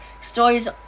stories